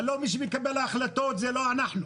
הלא מי שמקבל החלטות זה לא אנחנו.